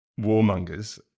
warmongers